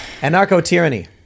Anarcho-tyranny